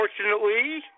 unfortunately